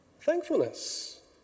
thankfulness